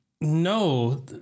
No